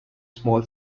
small